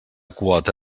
quota